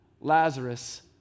Lazarus